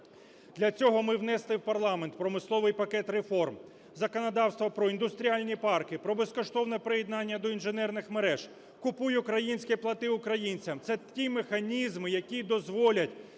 Для цього ми внесли в парламент промисловий пакет реформ, законодавство про індустріальні парки, про безкоштовне приєднання до інженерних мереж, "Купуй українське, плати українцям". Це ті механізми, які дозволять